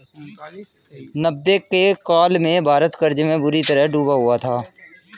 नब्बे के काल में भारत कर्ज में बुरी तरह डूबा हुआ था